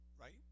right